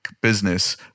business